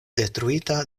detruita